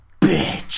bitch